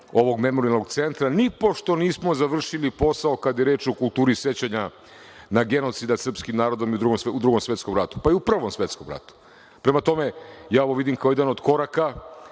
ovog Memorijalnog centra nipošto nismo završili posao kada je reč o kulturi sećanja na genocid nad srpskim narodom u Drugom svetskom ratu, pa i u Prvom svetskom ratu. Prema tome, ja ovo vidim kao jedan od koraka,